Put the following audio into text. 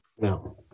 no